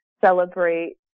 celebrate